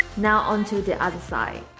now on to the other side